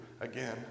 again